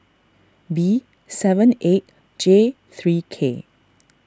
B seven eight J three K